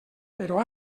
però